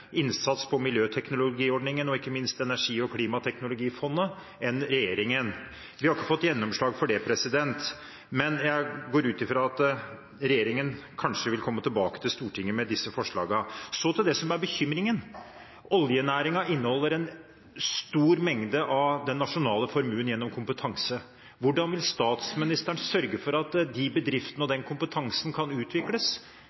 innsats på miljøteknologiordningen og ikke minst energi- og klimateknologifondet enn regjeringen. Vi har ikke fått gjennomslag for det. Men jeg går ut fra at regjeringen kanskje vil komme tilbake til Stortinget med disse forslagene. Så til det som er bekymringen. Oljenæringen inneholder en stor mengde av den nasjonale formuen gjennom kompetanse. Hvordan vil statsministeren sørge for at de bedriftene og den kompetansen kan utvikles